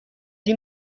این